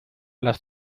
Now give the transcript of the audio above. las